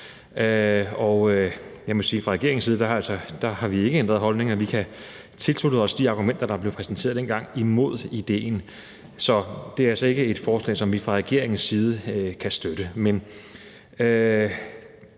Jeg må sige, at fra regeringens side har vi ikke ændret holdning, for vi kan tilslutte os de argumenter, der blev præsenteret dengang imod idéen. Så det er altså ikke et forslag, som vi fra regeringens side kan støtte.